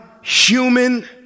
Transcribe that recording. human